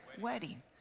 wedding